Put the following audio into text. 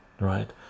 right